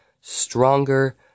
stronger